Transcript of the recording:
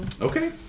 Okay